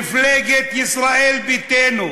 מפלגת ישראל ביתנו,